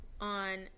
on